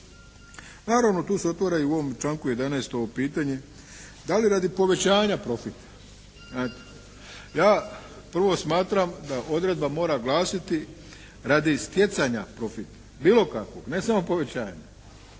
Naravno tu se otvara i u ovom članku 11. ovo pitanje, da li radi povećanja profita znate. Ja prvo smatram da odredba mora glasiti radi stjecanja profita bilo kakvog, ne samo povećanja.